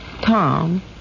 Tom